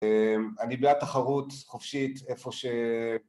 אני בעד תחרות חופשית איפה ש...